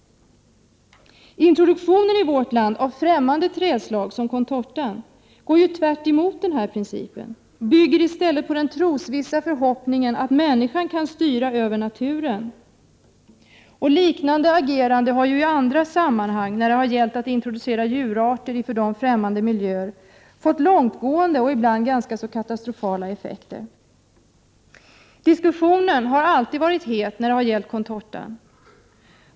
Introduktionen i vårt land av främmande trädslag som Contortan går tvärtemot denna princip. Den bygger i stället på den trosvissa förhoppningen att människan kan styra över naturen. Liknande agerande har i andra sammanhang när det har gällt att introducera djurarter i för dem främmande miljöer fått långtgående och ibland ganska katastrofala effekter. Diskussionen har alltid varit het när det har gällt Contortan.